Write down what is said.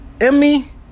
Emmy